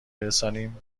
برسانیم